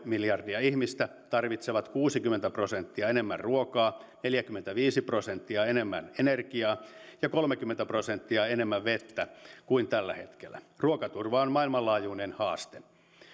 miljardia ihmistä tarvitsevat kuusikymmentä prosenttia enemmän ruokaa neljäkymmentäviisi prosenttia enemmän energiaa ja kolmekymmentä prosenttia enemmän vettä kuin tällä hetkellä ruokaturva on maailmanlaajuinen haaste